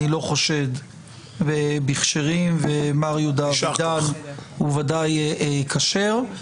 אני לא חושד בכשרים ומר יהודה אבידן הוא ודאי כשר.